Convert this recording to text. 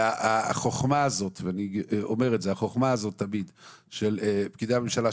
והחוכמה הזאת תמיד של פקידי הממשלה,